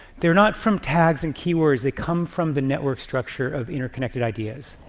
they're not from tags and keywords. they come from the network structure of interconnected ideas.